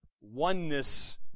oneness